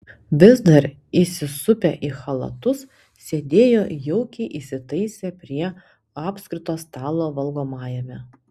vis dar įsisupę į chalatus sėdėjo jaukiai įsitaisę prie apskrito stalo valgomajame